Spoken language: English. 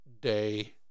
day